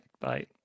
Bye